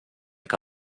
que